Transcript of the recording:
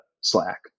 Slack